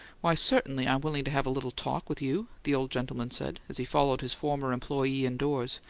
why, certainly i'm willing to have a little talk with you, the old gentleman said, as he followed his former employee indoors,